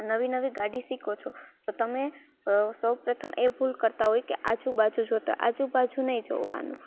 નવી નવી ગાડી શીખો છો તો તમે સૌપ્રથમ એ ભૂલ કરતાં હોય કે આજુ બાજુ જોતાં આજુ બાજુ નહીં જોવાનું